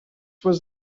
was